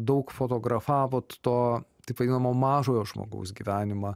daug fotografavot to taip vadinamo mažojo žmogaus gyvenimą